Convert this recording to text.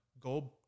go